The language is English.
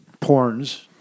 ...porns